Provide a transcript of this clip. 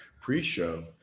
pre-show